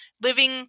living